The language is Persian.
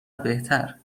بهتر